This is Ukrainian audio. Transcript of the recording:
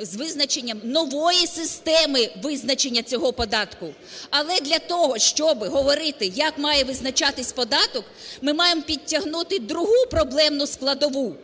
з визначенням нової системи визначення цього податку. Але для того, щоб говорити, як має визначатись податок, ми маємо підтягнути другу проблемну складову.